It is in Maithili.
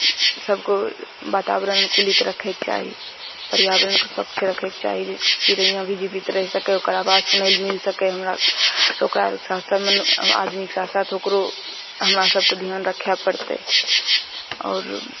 सभके वातावरण कुलित रखयके चाही पर्यावरणके स्वच्छ रखयके चाही जे चिड़ैयाँ भी जीवित रहि सकै ओकर आवाज सुनय लेल मिल सकय हमरा तऽ ओकरा आरके साथ सम्बन्ध आदमीके साथ साथ ओकरो हमरा सभके धियान रखय पड़तै आओर